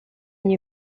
nie